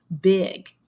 big